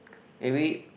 maybe